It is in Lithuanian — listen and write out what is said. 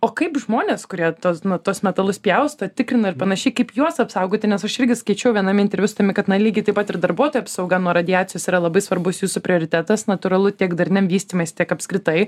o kaip žmonės kurie tuos nu tuos metalus pjausto tikrina ir panašiai kaip juos apsaugoti nes aš irgi skaičiau viename interviu su tavimi kad na lygiai taip pat ir darbuotojų apsauga nuo radiacijos yra labai svarbus jūsų prioritetas natūralu tiek darniam vystymesi tiek apskritai